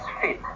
fit